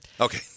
okay